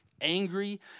angry